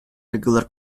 regular